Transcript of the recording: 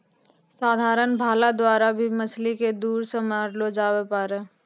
साधारण भाला द्वारा भी मछली के दूर से मारलो जावै पारै